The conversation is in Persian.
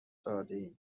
دادهای